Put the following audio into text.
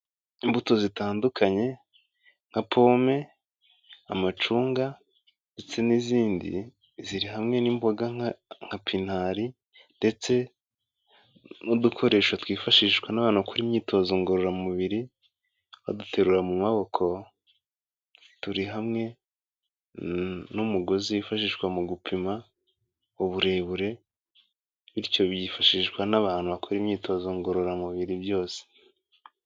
Imbuto zitandukanye nka pome, amacunga, ndetse n'izindi ziri hamwe n'imboga nka pinari ndetse n'udukoresho twifashishwa n'abantu bakora imyitozo ngororamubiri baduterura mu maboko, turi hamwe n'umugozi wifashishwa mu gupima uburebure, bityo byifashishwa n'abantu bakora imyitozo ngororamubiri byose.